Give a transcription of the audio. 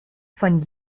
von